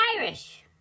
irish